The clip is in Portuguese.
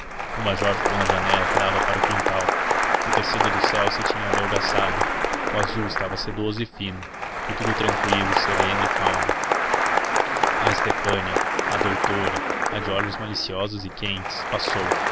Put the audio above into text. o major ficou na janela que dava para o quintal o tecido do céu se tinha adelgaçado o azul estava sedoso e fino e tudo tranqüilo sereno e calmo a estefânia a doutora a de olhos maliciosos e quentes passou